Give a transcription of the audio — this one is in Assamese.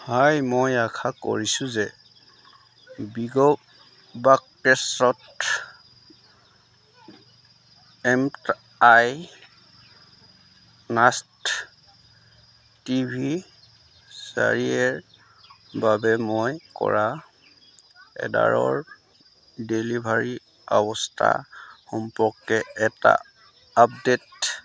হাই মই আশা কৰিছোঁ যে বিগবাস্কেটত M I smart T V চাৰি এ ৰ বাবে মই কৰা অৰ্ডাৰৰ ডেলিভাৰী অৱস্থা সম্পৰ্কে এটা আপডে'ট